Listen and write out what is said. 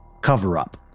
cover-up